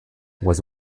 was